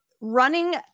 running